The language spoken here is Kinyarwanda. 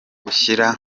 gushyira